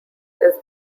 his